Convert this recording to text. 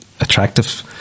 attractive